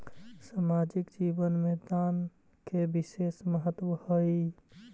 सामाजिक जीवन में दान के विशेष महत्व हई